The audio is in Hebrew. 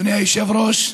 אדוני היושב-ראש,